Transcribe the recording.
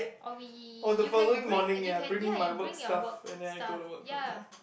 or we you can bring you can ya you bring your work stuff ya